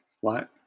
flat